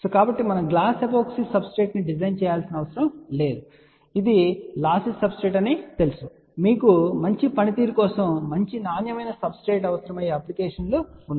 కాబట్టి మనము glass epoxy సబ్స్ట్రేట్ను డిజైన్ చేయాల్సిన అవసరం లేదని ఇది లాసీ సబ్స్ట్రేట్ అని తెలుసు మీకు మంచి పనితీరు కోసం మంచి నాణ్యమైన సబ్స్ట్రేట్ అవసరమయ్యే అప్లికేషన్ లు ఉన్నాయి